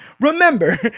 remember